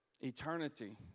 eternity